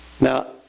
Now